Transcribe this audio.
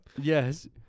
Yes